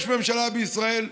יש ממשלה בישראל.